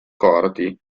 corti